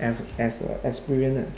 as as a experience lah